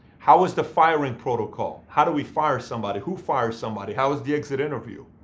how was the firing protocol? how do we fire somebody? who fires somebody? how is the exit interview?